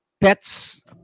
pets